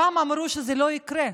פעם אמרו שזה לא יקרה,